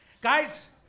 Guys